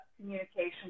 communication